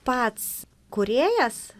pats kūrėjas